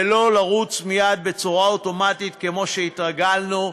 ולא לרוץ מייד בצורה אוטומטית, כמו שהתרגלנו,